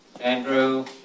Andrew